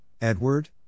Edward